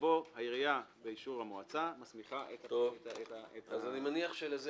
שבו העירייה באישור המועצה מסמיכה את ה --- אני שואל,